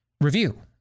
review